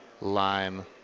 lime